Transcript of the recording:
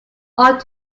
ought